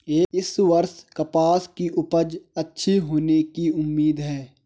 इस वर्ष कपास की उपज अच्छी होने की उम्मीद है